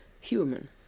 human